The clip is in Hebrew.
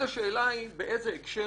הוא זה שימנה.